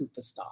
superstar